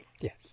Yes